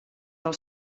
del